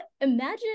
imagine